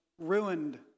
ruined